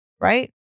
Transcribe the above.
right